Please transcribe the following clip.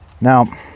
now